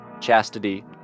chastity